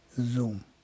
zoom